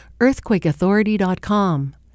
EarthquakeAuthority.com